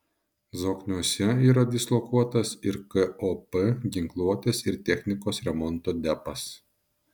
zokniuose yra dislokuotas ir kop ginkluotės ir technikos remonto depas